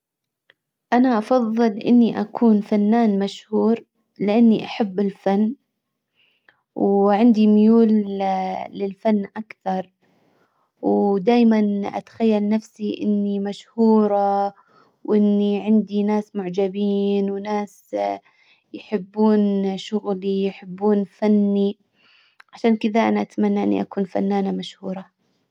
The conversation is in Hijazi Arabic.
انا افظل اني اكون فنان مشهور لاني احب الفن وعندي ميول للفن اكثر ودايما اتخيل نفسي اني مشهورة واني عندي ناس معجبين وناس يحبون شغلي يحبون فني. عشان كدا انا اتمنى اني اكون فنانة مشهورة.